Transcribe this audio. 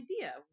idea